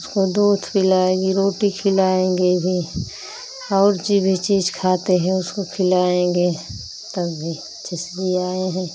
उसको दूध पिलाएंगे रोटी खिलाएँगे भी और जो भी चीज़ खाते हैं उसको खिलाएँगे तब भी अच्छे से जियाए हैं